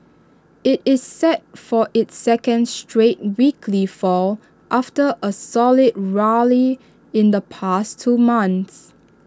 IT is set for its second straight weekly fall after A solid rally in the past two months